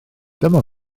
dyma